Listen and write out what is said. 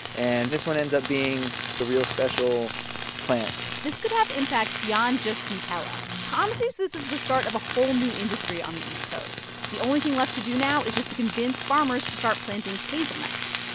and this one ends up being a real special plant this could have impacts beyond just nutella. tom sees this is the start of a whole new industry on the east coast. the only thing left to do now is just to convince farmers to start planting hazelnuts.